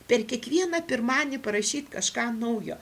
per kiekvieną pirmanį parašyt kažką naujo